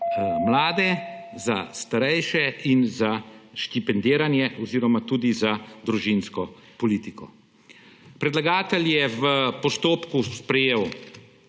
za mlade, za starejše in za štipendiranje oziroma tudi za družinsko politiko. Predlagatelj je v postopku sprejel